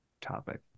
topic